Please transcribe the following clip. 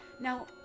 Now